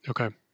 Okay